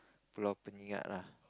Pulau lah